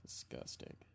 Disgusting